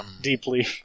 deeply